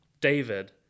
David